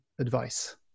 advice